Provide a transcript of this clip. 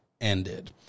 ended